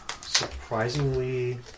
surprisingly